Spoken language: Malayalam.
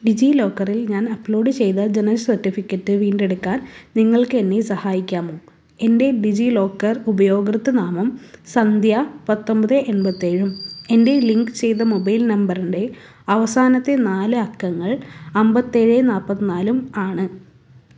ഡിജിലോക്കറിൽ ഞാൻ അപ്ലോഡ് ചെയ്ത ജനന സർട്ടിഫിക്കറ്റ് വീണ്ടെടുക്കാൻ നിങ്ങൾക്ക് എന്നെ സഹായിക്കാമോ എൻ്റെ ഡിജിലോക്കർ ഉപയോക്തൃ നാമം സന്ധ്യ പത്തൊമ്പത് എൺപത്തേഴും എൻ്റെ ലിങ്ക് ചെയ്ത മൊബൈൽ നമ്പറിൻ്റെ അവസാനത്തെ നാല് അക്കങ്ങൾ അമ്പത്തിയേഴ് നാൽപ്പത്തിനാലും ആണ്